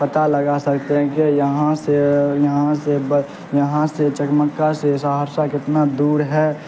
پتہ لگا سکتے ہیں کہ یہاں سے یہاں سے یہاں سے چکمکہ سے سہرسہ کتنا دوڑ ہے